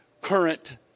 current